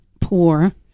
poor